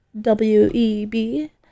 W-E-B